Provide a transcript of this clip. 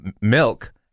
milk